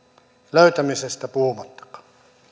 löytämisestä puhumattakaan